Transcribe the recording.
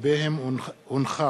שלגביהם הונחה